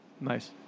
Nice